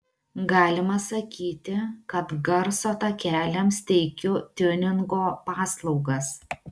galima sakyti kad garso takeliams teikiu tiuningo paslaugas